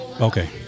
Okay